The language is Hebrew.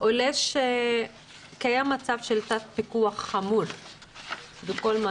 עולה שקיים מצב של תת-פיקוח חמור בכל מה